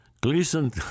Gleason